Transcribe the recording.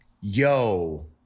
yo